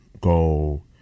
go